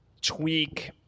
tweak